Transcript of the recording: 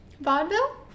Vaudeville